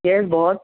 yes boss